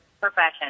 profession